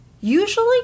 Usually